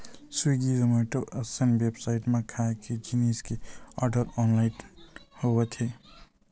Swiggy, Zomato असन website म खाए के जिनिस के आरडर ऑनलाइन होवत हे